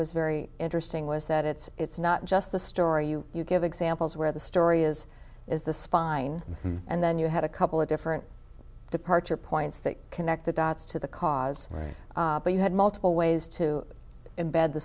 was very interesting was that it's not just the story you you give examples where the story is is the spine and then you had a couple of different departure points that connect the dots to the cause right but you had multiple ways to embed the